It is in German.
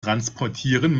transportieren